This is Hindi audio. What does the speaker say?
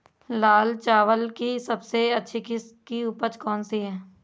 लाल चावल की सबसे अच्छी किश्त की उपज कौन सी है?